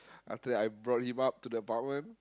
after that I brought him up to the apartment